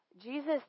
Jesus